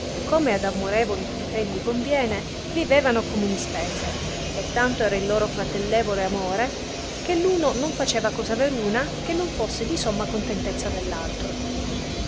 come ad amorevoli fratelli conviene vivevano a comuni spese e tanto era il loro fratellevole amore che uno non faceva cosa veruna che non fosse di somma contentezza dell altro